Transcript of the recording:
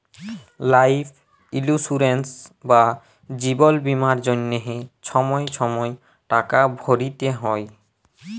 life insurance বা জিবল বীমার জ্যনহে ছময় ছময় টাকা ভ্যরতে হ্যয়